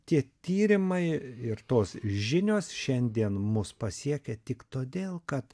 tie tyrimai ir tos žinios šiandien mus pasiekia tik todėl kad